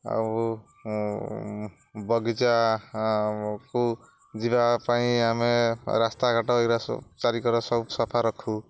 ଆଉ ବଗିଚାକୁ ଯିବା ପାଇଁ ଆମେ ରାସ୍ତାଘାଟ ଏଗୁରା ସବୁ ଚାରିକର ସବୁ ସଫା ରଖୁ